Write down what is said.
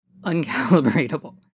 uncalibratable